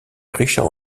richard